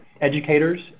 educators